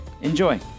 Enjoy